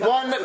One